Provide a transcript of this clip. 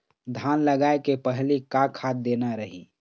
धान लगाय के पहली का खाद देना रही?